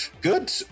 Good